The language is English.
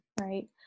right